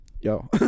Yo